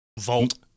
vault